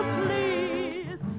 please